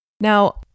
Now